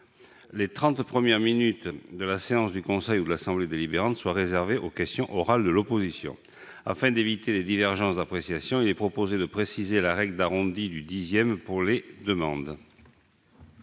trente premières minutes de la séance du conseil ou de l'assemblée délibérante soient réservées aux questions orales de l'opposition. Afin d'éviter des divergences d'appréciation, il est proposé de préciser la règle d'arrondi du dixième pour les demandes.